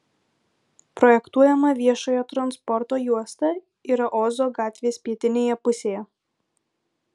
projektuojama viešojo transporto juosta yra ozo gatvės pietinėje pusėje